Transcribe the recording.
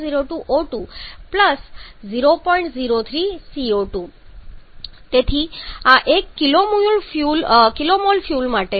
03 CO2 તેથી આ 1 kmol fuel માટે છે